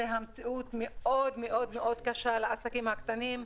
זו המציאות הקשה מאוד מאוד לעסקים הקטנים.